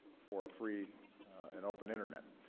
for a free and open internet.